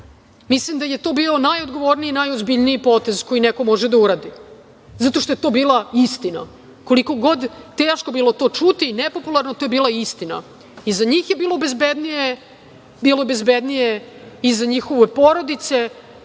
Mislim da je to bio najodgovorniji i najozbiljniji potez koji neko može da uradi, zato što je to bila istina. Koliko god teško bilo to čuti i nepopularno, to je bila istina. I za njih je bilo bezbednije, kao i za njihove porodice,